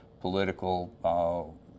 political